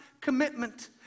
commitment